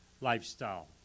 lifestyle